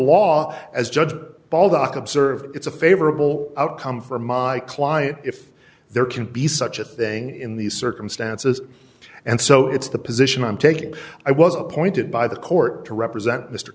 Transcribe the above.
uk observed it's a favorable outcome for my client if there can be such a thing in these circumstances and so it's the position i'm taking i was appointed by the court to represent mr